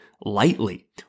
lightly